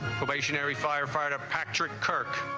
stationary firefighter patrick kirk